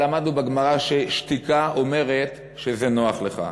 אבל למדנו בגמרא ששתיקה אומרת שזה נוח לך.